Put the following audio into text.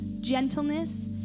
gentleness